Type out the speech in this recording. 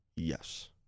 Yes